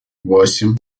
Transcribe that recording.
восемь